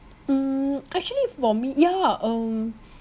mm actually for me yeah um